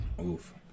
Oof